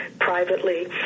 privately